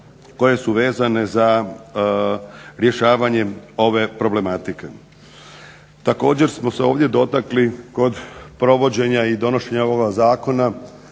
koje su vezane za rješavanje ove problematike. Također smo se ovdje dotakli kod provođenja i donošenja ovoga zakona